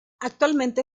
actualmente